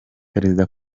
perezida